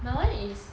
my [one] is